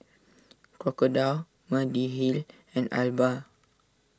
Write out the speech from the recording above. Crocodile Mediheal and Alba